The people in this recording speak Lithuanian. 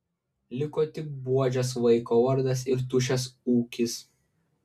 liko tik buožės vaiko vardas ir tuščias ūkis